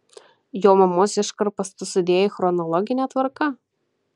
jo mamos iškarpas tu sudėjai chronologine tvarka